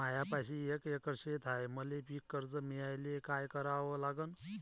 मायापाशी एक एकर शेत हाये, मले पीककर्ज मिळायले काय करावं लागन?